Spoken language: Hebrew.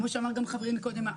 כמו שאמר גם חברי קודם,